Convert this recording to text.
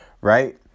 Right